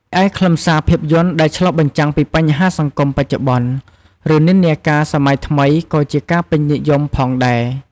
ឯខ្លឹមសារភាពយន្តដែលឆ្លុះបញ្ចាំងពីបញ្ហាសង្គមបច្ចុប្បន្ន ឬនិន្នាការសម័យថ្មីក៏ជាការពេញនិយមផងដែរ។